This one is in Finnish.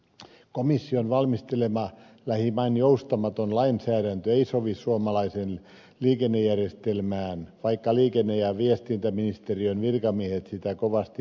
komission valmistelema lähimain joustamaton lainsäädäntö ei sovi suomalaiseen liikennejärjestelmään vaikka liikenne ja viestintäministeriön virkamiehet sitä kovasti haluaisivatkin